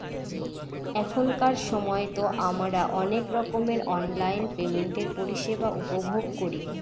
এখনকার সময়তো আমারা অনেক রকমের অনলাইন পেমেন্টের পরিষেবা উপভোগ করি